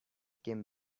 came